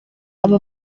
aba